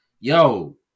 Yo